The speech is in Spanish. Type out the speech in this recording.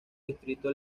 distrito